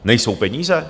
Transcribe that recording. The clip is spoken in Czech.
Nejsou peníze?